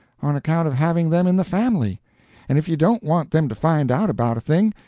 on account of having them in the family and if you don't want them to find out about a thing,